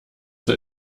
zur